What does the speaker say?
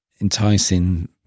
enticing